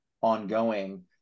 ongoing